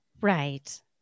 Right